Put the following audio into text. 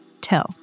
Till